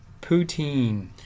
Poutine